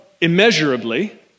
immeasurably